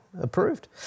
approved